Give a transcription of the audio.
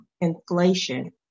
inflation